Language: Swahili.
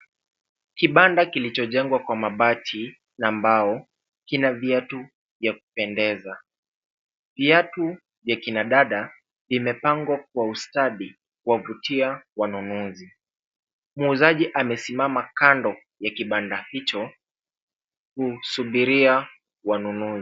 Kibanda kilichojengwa kwa mabati na mbao kina viatu vya kupendeza. Viatu vya akina dada vimepangwa kwa ustadi kuwavutia wanunuzi. Muuzaji amesimama kando ya kibanda hicho kusubiria wanunuzi.